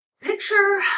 Picture